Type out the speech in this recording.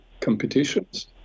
competitions